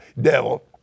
devil